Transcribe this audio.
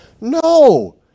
No